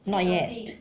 not yet